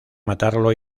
matarlo